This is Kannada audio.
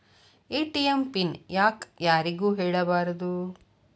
ಎ.ಟಿ.ಎಂ ಪಿನ್ ಯಾಕ್ ಯಾರಿಗೂ ಹೇಳಬಾರದು?